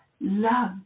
love